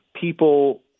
people